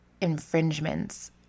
infringements